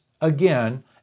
again